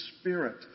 Spirit